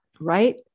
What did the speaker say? Right